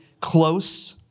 close